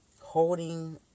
holding